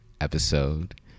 episode